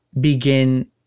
begin